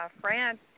France